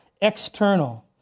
external